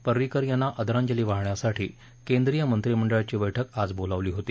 परिकर यांना आदरांजली वाहण्यासाठी केंद्रीय मंत्रिमंडळाची बैठक आज बोलावली होती